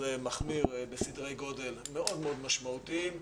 מחמיר בסדרי גודל מאוד מאוד משמעותיים.